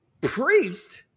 Priest